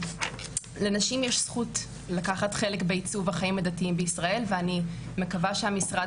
לנשים יש זכות לקחת חלק בעיצוב החיים הדתיים בישראל ואני מקווה שהמשרד